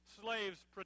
slaves